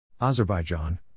Azerbaijan